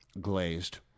glazed